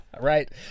Right